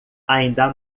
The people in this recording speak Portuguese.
ainda